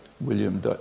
William